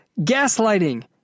gaslighting